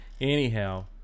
Anyhow